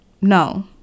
no